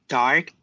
dark